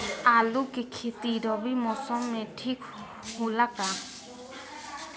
आलू के खेती रबी मौसम में ठीक होला का?